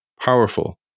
powerful